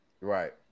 right